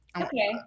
Okay